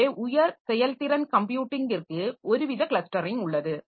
எனவே உயர் செயல்திறன் கம்ப்யூட்டிங்கிற்கு ஒருவித கிளஸ்டரிங் உள்ளது